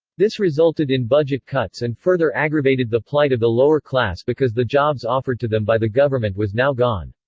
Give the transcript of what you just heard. this resulted in budget cuts and further aggravated the plight of the lower class because the jobs offered to them by the government was now gone.